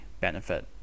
benefit